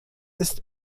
ist